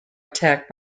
attacked